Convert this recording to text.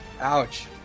Ouch